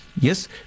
Yes